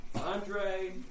Andre